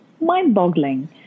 mind-boggling